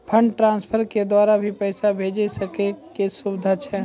Fund transfer के द्वारा भी पैसा भेजै के सुविधा छै?